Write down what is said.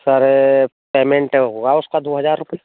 sir payment होगा उसका दो हज़ार रुपये